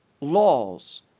laws